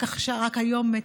רק היום,